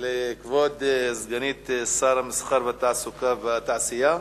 לכבוד סגנית שר המסחר, התעסוקה והתעשייה.